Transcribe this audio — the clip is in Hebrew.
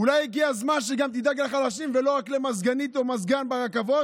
אולי הגיע הזמן שהיא תדאג גם לחלשים ולא רק למזגנית או מזגן ברכבות?